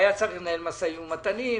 והיה צריך לנהל משאים ומתנים.